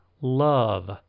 love